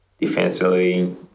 defensively